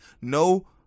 No